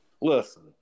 listen